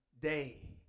day